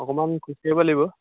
অকণমান খোজ কাঢ়িব লাগিব